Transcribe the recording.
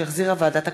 שהחזירה ועדת הכספים.